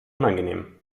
unangenehm